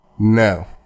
no